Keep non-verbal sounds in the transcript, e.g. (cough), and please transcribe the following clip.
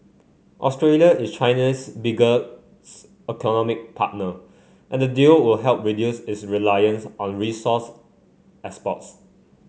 Australia is China's bigger (unintelligible) economic partner and the deal would help reduce its reliance on resource exports